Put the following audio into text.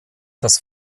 das